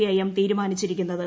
IM തീരുമാനിച്ചിരിക്കുന്നത്ത്